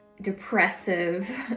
depressive